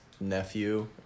nephew